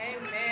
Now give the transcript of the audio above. Amen